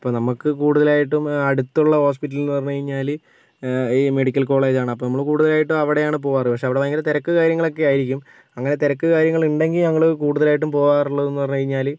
ഇപ്പോൾ നമുക്ക് കുടുതലായിട്ടും അടുത്തുള്ള ഹോസ്പിറ്റലെന്ന് പറഞ്ഞു കഴിഞ്ഞാൽ ഈ മെഡിക്കൽ കോളേജാണ് അപ്പോൾ നമ്മൾ കുടുതലായിട്ടും അവിടെയാണ് പോകാറ് പക്ഷെ അവിടെ ഭയങ്കര തിരക്ക് കാര്യങ്ങളൊക്കെയായിരിക്കും അങ്ങനെ തിരക്ക് കാര്യങ്ങൾ ഉണ്ടെങ്കിൽ ഞങ്ങൾ കുടുതലായിട്ടും പോകാറുള്ളതെന്ന് പറഞ്ഞു കഴിഞ്ഞാൽ